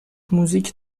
موزیک